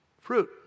Fruit